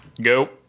Go